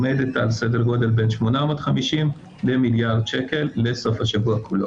עומדת על סדר גודל בין 850 למיליארד שקל לסוף השבוע כולו.